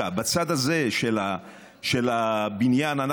צר לי מאוד שדווקא בצד הזה של הבניין אנחנו